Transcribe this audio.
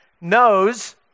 knows